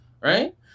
right